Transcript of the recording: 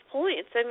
points